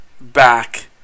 back